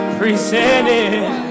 presented